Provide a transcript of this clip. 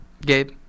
Gabe